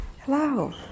Hello